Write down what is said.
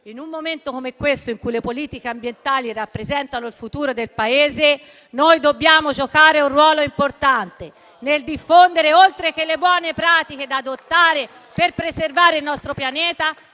In un momento come questo in cui le politiche ambientali rappresentano il futuro del Paese *(Commenti)*, dobbiamo giocare un ruolo importante nel diffondere, oltre che le buone pratiche da adottare per preservare il nostro pianeta